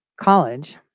college